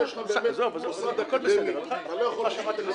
פה יש לך מוסד אקדמי, אתה לא יכול ל --- תודה.